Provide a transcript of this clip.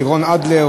לירון אדלר,